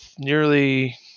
nearly